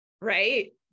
right